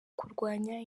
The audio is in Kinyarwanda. kurwanya